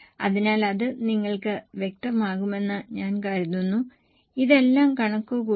അതിനാൽ അത് നിങ്ങൾക്ക് വ്യക്തമാകുമെന്ന് ഞാൻ കരുതുന്നു ഇതെല്ലാം കണക്കു കൂട്ടി